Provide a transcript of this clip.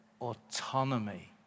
autonomy